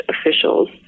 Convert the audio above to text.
officials